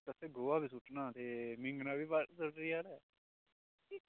गोहा बी सु'ट्टना ते मिंगनां बी सु'ट्टनिया न